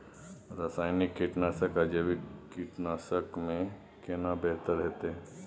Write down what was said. रसायनिक कीटनासक आ जैविक कीटनासक में केना बेहतर होतै?